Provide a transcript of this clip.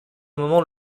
moment